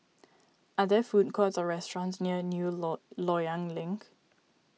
are there food courts or restaurants near New Loyang Link